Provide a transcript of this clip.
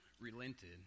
relented